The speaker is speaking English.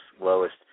lowest